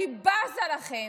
אני בזה לכם.